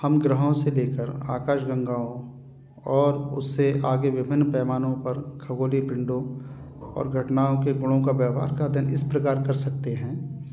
हम ग्रहों से ले कर आकाश गंगाओं और उससे आगे विभिन्न पैमानों पर खगोलीय पिंडों और घटनाओं के गुणों का व्यवहार का दिन इस प्रकार कर सकते हैं